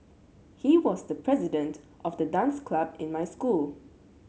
he was the president of the dance club in my school